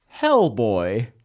Hellboy